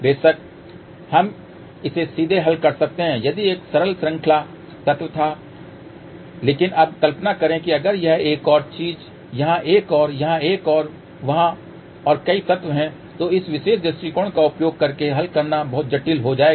बेशक हम इसे सीधे हल कर सकते हैं यदि यह सरल श्रृंखला तत्व था लेकिन अब कल्पना करें कि अगर यह एक और चीज़ यहाँ एक और यहाँ एक और वहाँ और कई तत्व हैं तो इस विशेष दृष्टिकोण का उपयोग करके हल करना बहुत जटिल हो जाएगा